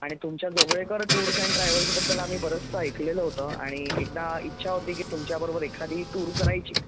आणि तुमच्या Jogalekar tours and ट्रॅवल्सबद्दल आम्ही बरंचसं ऐकलेलं होतं आणि एकदा इच्छा होती की तुमच्याबरोबर एखादी टूर करायची